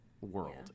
world